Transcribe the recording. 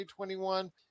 2021